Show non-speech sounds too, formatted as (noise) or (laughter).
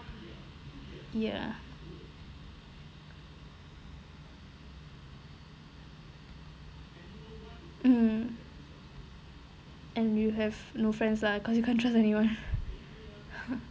ya mm mm and you have no friends lah because you can't trust anyone (laughs)